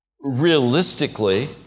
realistically